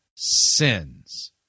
sins